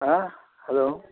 হ্যাঁ হ্যালো